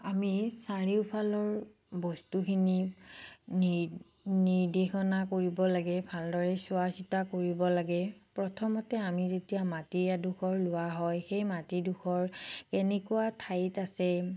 আমি চাৰিওফালৰ বস্তুখিনি নি নিৰ্দেশনা কৰিব লাগে ভালদৰে চোৱা চিতা কৰিব লাগে প্ৰথমতে আমি যেতিয়া মাটি এডোখৰ লোৱা হয় সেই মাটিডোখৰ কেনেকুৱা ঠাইত আছে